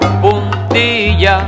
Puntilla